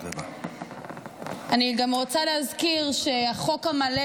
אני רוצה להזכיר שהחוק המלא